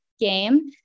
game